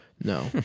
No